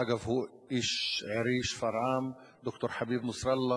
אגב, הוא איש עירי שפרעם, ד"ר חביב נסראללה,